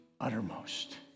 uttermost